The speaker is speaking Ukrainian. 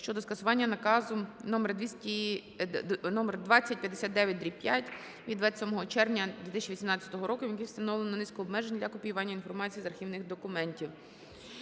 щодо скасування наказу №2059/5 від 27 червня 2018 року, яким встановлено низку обмежень для копіювання інформації з архівних документів.